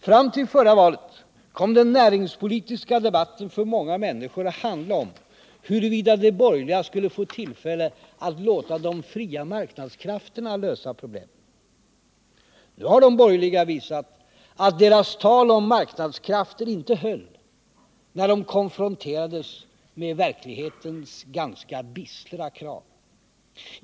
Fram till förra valet kom den näringspolitiska debatten för många människor att handla om huruvida de borgerliga skulle få tillfälle att låta de fria marknadskrafterna lösa problemen. Nu har de borgerliga visat att deras tal om marknadskrafter inte höll när det konfronterades med verklighetens ganska bistra krav.